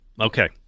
okay